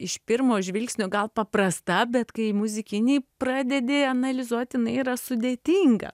iš pirmo žvilgsnio gal paprasta bet kai muzikiniai pradedi analizuot jinai yra sudėtinga